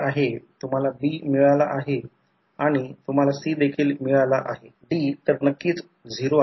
तर या कारणामुळे या भागामध्ये आयडियल ट्रान्सफॉर्मर दर्शविले गेले आहे आणि या लोडमधून वाहणारा करंट I2 आहे आणि हा करंट I1 आहे आणि हा I2 आहे